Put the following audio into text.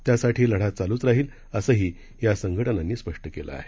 त्यासाठी लढा चालूच राहील असंही या संघटनांनी म्हटलं आहे